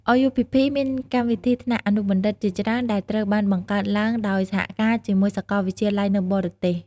RUPP មានកម្មវិធីថ្នាក់អនុបណ្ឌិតជាច្រើនដែលត្រូវបានបង្កើតឡើងដោយសហការជាមួយសាកលវិទ្យាល័យនៅបរទេស។